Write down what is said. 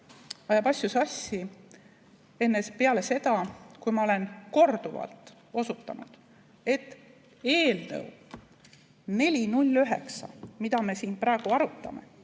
ajab asju sassi, peale seda, kui ma olen korduvalt osutanud, et eelnõu 409, mida me siin praegu arutame,